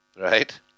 right